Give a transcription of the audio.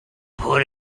put